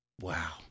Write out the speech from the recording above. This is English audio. Wow